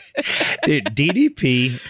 DDP